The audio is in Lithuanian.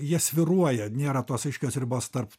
jie svyruoja nėra tos aiškios ribos tarp